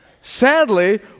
sadly